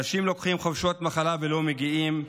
אנשים לוקחים חופשות מחלה ולא מגיעים,